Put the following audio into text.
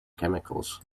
chemicals